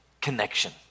connection